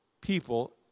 people